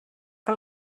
que